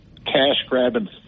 cash-grabbing